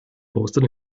posted